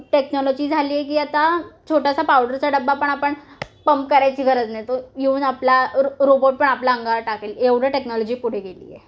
technology झाली आहे की आता छोटासा पावडरचा डबा पण आपण पंप करायची गरज नाही तो येऊन आपला रो रोबोट पण आपला अंगावर टाकेल एवढं टेक्नॉलॉजी कुठे गेली आहे